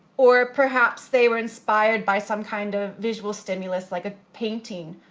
or perhaps they were inspired by some kind of visual stimulus like a painting,